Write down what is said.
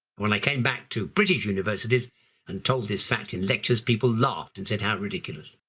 when i came back to british universities and told this fact in lectures, people laughed and said how ridiculous!